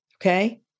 okay